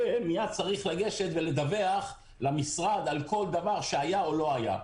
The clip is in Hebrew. ומייד צריך לגשת ולדווח למשרד על כל דבר שהיה או לא היה.